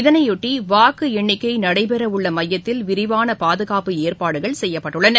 இதனையொட்டி வாக்கு எண்ணிக்கை நடைபெறவுள்ள மையத்தில் விரிவான பாதுகாப்பு ஏற்பாடுகள் செய்யப்பட்டுள்ளன